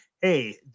hey